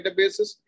databases